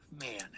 man